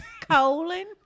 Colon